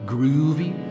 Groovy